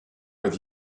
with